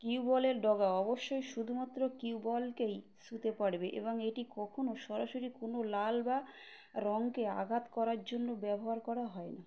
Q বলের ডগা অবশ্যই শুধুমাত্র কিউ বলকেই ছুঁতে পারবে এবং এটি কখনও সরাসরি কোনও লাল বা রঙকে আঘাত করার জন্য ব্যবহার করা হয় না